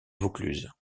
vaucluse